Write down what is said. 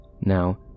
Now